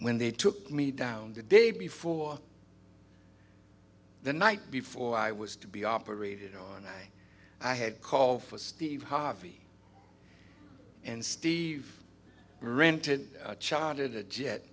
when they took me down the day before the night before i was to be operated on i had called for steve harvey and steve rented a ch